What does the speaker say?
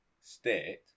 state